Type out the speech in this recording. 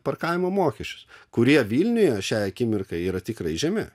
parkavimo mokesčius kurie vilniuje šią akimirką yra tikrai žemi